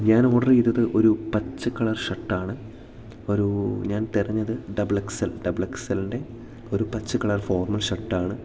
ഞാൻ ഓർഡർ ചെയ്തത് ഒരു പച്ചക്കളർ ഷർട്ടാണ് ഒരൂ ഞാൻ തിരഞ്ഞത് ഡബിൾ എക്സ് എൽ ൻ്റെ ഒരു പച്ചക്കളർ ഫോർമ്മൽ ഷർട്ടാണ്